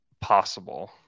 possible